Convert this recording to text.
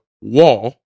wall